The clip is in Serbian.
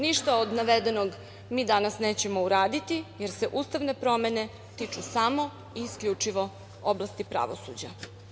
Ništa od navedenog mi danas nećemo uraditi, jer se ustavne promene tiču samo i isključivo oblasti pravosuđa.